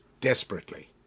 desperately